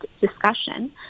discussion